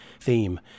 theme